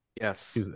Yes